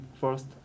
first